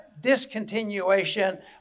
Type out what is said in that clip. discontinuation